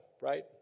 right